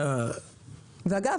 ואגב,